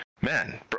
man